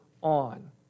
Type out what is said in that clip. on